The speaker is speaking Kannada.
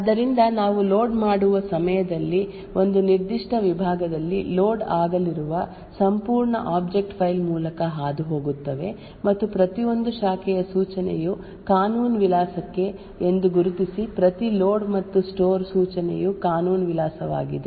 ಆದ್ದರಿಂದ ನಾವು ಲೋಡ್ ಮಾಡುವ ಸಮಯದಲ್ಲಿ ಒಂದು ನಿರ್ದಿಷ್ಟ ವಿಭಾಗದಲ್ಲಿ ಲೋಡ್ ಆಗಲಿರುವ ಸಂಪೂರ್ಣ ಆಬ್ಜೆಕ್ಟ್ ಫೈಲ್ ಮೂಲಕ ಹಾದುಹೋಗುತ್ತೇವೆ ಮತ್ತು ಪ್ರತಿಯೊಂದು ಶಾಖೆಯ ಸೂಚನೆಯು ಕಾನೂನು ವಿಳಾಸಕ್ಕೆ ಎಂದು ಗುರುತಿಸಿ ಪ್ರತಿ ಲೋಡ್ ಮತ್ತು ಸ್ಟೋರ್ ಸೂಚನೆಯು ಕಾನೂನು ವಿಳಾಸವಾಗಿದೆ